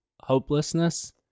hopelessness